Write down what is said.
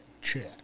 check